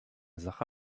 sache